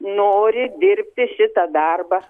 nori dirbti šitą darbą